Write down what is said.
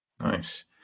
Nice